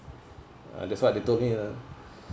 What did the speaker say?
uh that's what they told me uh